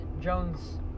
Jones